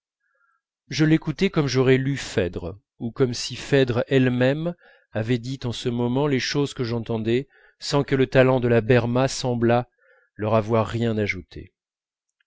je l'écoutais comme j'aurais lu phèdre ou comme si phèdre elle-même avait dit en ce moment les choses que j'entendais sans que le talent de la berma semblât leur avoir rien ajouté